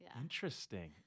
Interesting